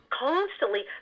constantly